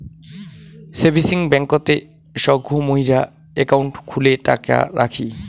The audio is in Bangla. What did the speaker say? সেভিংস ব্যাংকতে সগই মুইরা একাউন্ট খুলে টাকা রাখি